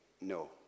no